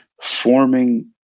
Forming